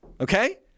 okay